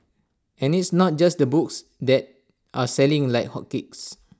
and it's not just the books that are selling like hotcakes